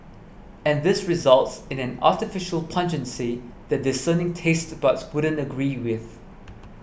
and this results in an artificial pungency that discerning taste buds wouldn't agree with